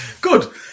Good